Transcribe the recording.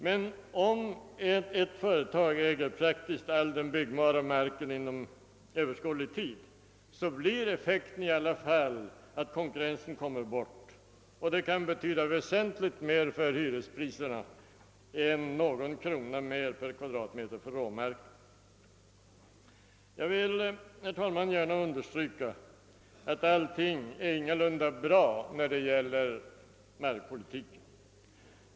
Men om ett företag äger praktiskt taget all den inom överskådlig tid byggbara marken, blir effekten i alla fall att konkurrensen sätts ur spel, och detta kan betyda väsentligt mer för hyreskostnaderna än någon krona mer per kvadratmeter för råmarken. Jag vill, herr talman, gärna betona att allt icke är väl beställt när det gäller markpolitiken.